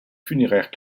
funéraires